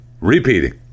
repeating